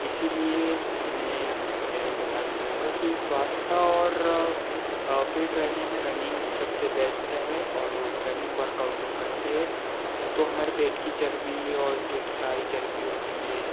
इसलिए मैं यही बताने चाहूँगा कि स्वास्थ और फ़िट रहने में रनिंग सबसे बेस्ट है और वो रनिंग वर्कआउट जब करते हैं तो हमारे पेट की चर्बी और जो सारी चर्बी होती है